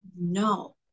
No